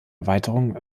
erweiterungen